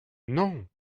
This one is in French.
non